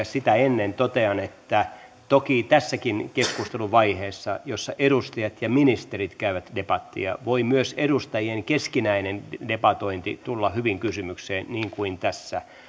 sitä ennen totean että toki tässäkin keskustelun vaiheessa jossa edustajat ja ministerit käyvät debattia voi myös edustajien keskinäinen debatointi tulla hyvin kysymykseen niin kuin tässä